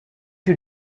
you